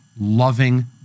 loving